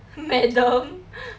madam